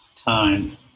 time